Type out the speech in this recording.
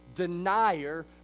Denier